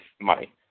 money